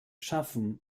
schaffen